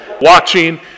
watching